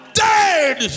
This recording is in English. dead